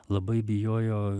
labai bijojo